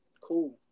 cool